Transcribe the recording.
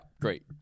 great